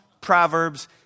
Proverbs